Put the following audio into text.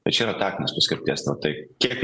tai čia yra taktinės paskirties na tai kiek